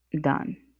done